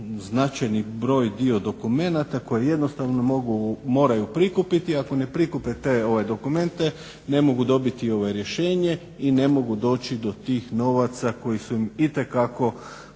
značajni broj dio dokumenata koje jednostavno moraju prikupiti, a ako ne prikupe te dokumente ne mogu dobiti rješenje i ne mogu doći do tih novaca koji su im itekako